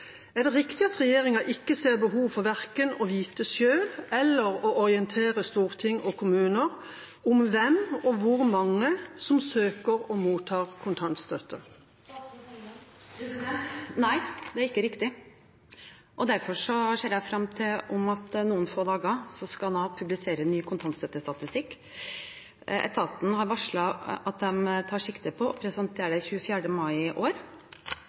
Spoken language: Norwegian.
Er det riktig at regjeringen ikke ser behov for verken å vite selv eller å orientere storting og kommuner om hvem og hvor mange som søker og mottar kontantstøtte?» Nei, det er ikke riktig. Derfor ser jeg frem til at Nav om noen få dager skal publisere ny kontantstøttestatistikk. Etaten har varslet at de tar sikte på å presentere den 24. mai i år,